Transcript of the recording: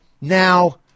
Now